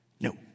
No